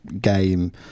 game